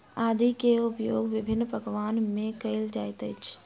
आदी के उपयोग विभिन्न पकवान में कएल जाइत अछि